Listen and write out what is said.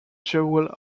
jewel